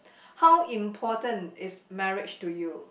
how important is marriage to you